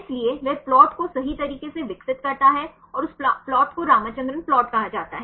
इसलिए वह प्लॉट को सही तरीके से विकसित करता है और उस प्लॉट को रामचंद्रन प्लॉट कहा जाता है